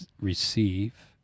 receive